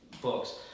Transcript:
Books